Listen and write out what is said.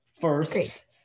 First